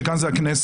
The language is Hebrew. שכאן זה הכנסת.